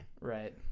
Right